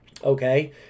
okay